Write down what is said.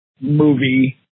movie